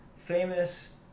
famous